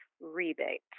rebate